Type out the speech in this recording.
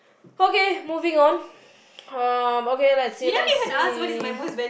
okay moving on um okay let's see let's see